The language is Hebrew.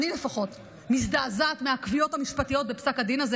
אני לפחות מזדעזעת מהקביעות המשפטיות בפסק הדין הזה,